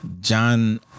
John